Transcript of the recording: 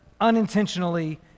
unintentionally